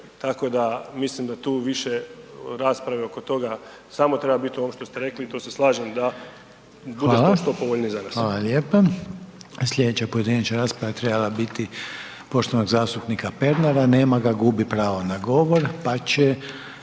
tako da mislim da tu više rasprave oko toga samo treba bit ovo što ste rekli i tu se slažem da…/Upadica: Hvala/…bude to što povoljnije za nas. **Reiner, Željko (HDZ)** Hvala lijepa, slijedeća pojedinačna rasprava trebala je biti poštovanog zastupnika Pernara, nema ga, gubi pravo na govor, pa će,